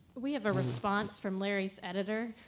we have a response from larry's editor.